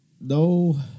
no